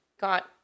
got